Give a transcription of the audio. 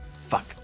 fuck